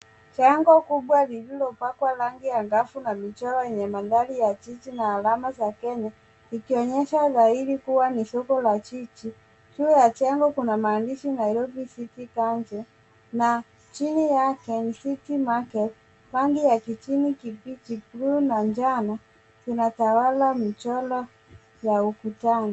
Jengo kubwa lililopakwa rangi angavu na michoro yenye mandhari ya jiji na alama za Kenya, likionyesha dhahiri kuwa ni soko la jiji. Juu ya jengo kuna maandishi: Nairobi City Council. Na chini yake ni City Market. Rangi ya kijani kibichi, blue na njano inatawala michoro ya ukutani.